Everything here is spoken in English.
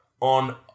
On